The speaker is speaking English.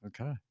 Okay